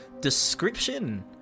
Description